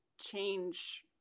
change